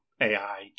ai